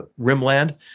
rimland